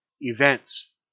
events